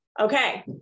Okay